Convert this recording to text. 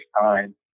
time